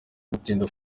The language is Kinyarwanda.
gutinda